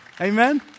Amen